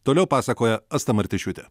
toliau pasakojo asta martišiūtė